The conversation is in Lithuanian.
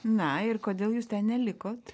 na ir kodėl jūs ten nelikot